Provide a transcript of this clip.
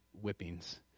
whippings